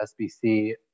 SBC